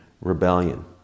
rebellion